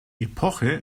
epoche